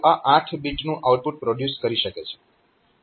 તો આ 8 બીટનું આઉટપુટ પ્રોડ્યુસ કરી શકે છે